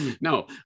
No